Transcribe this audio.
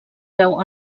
veu